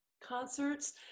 concerts